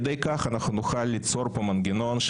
נכון?